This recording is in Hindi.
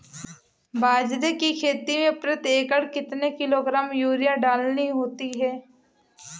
बाजरे की खेती में प्रति एकड़ कितने किलोग्राम यूरिया डालनी होती है?